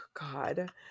God